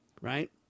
right